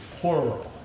plural